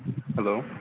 hello